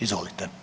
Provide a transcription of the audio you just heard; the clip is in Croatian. Izvolite.